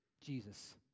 Jesus